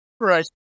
Right